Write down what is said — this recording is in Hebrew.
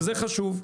זה חשוב.